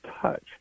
touch